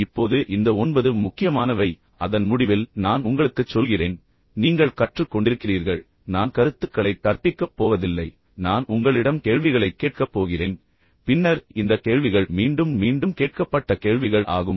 இப்போது இந்த ஒன்பது முக்கியமானவை அதன் முடிவில் நான் உங்களுக்குச் சொல்கிறேன் நீங்கள் கற்றுக் கொண்டிருக்கிறீர்கள் நான் கருத்துக்களைக் கற்பிக்கப் போவதில்லை நான் உங்களிடம் கேள்விகளைக் கேட்கப் போகிறேன் பின்னர் இந்த கேள்விகள் மீண்டும் மீண்டும் கேட்கப்பட்ட கேள்விகள் ஆகும்